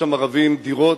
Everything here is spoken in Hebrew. שרוכשים שם ערבים דירות,